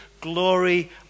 glory